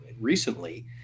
recently